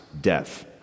death